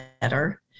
better